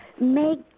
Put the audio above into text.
make